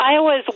Iowa's